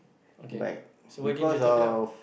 okay so why didn't you talk it out